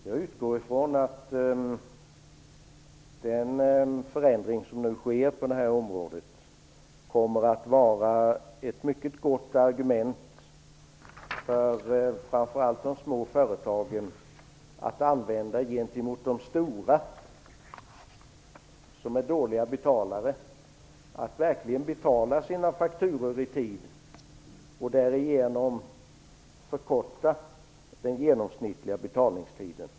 Jag utgår ifrån att den förändring som nu sker på detta område kommer att fungera som ett mycket gott argument för framför allt de små företagen att använda gentemot de stora, som är dåliga betalare, för att få dem att verkligen betala sina fakturor i tid och därigenom förkorta den genomsnittliga betalningstiden.